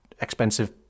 expensive